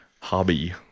hobby